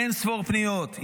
אין-ספור פניות,